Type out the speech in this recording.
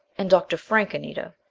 and dr. frank, anita?